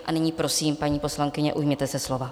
A nyní prosím, paní poslankyně, ujměte se slova.